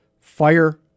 fire